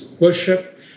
worship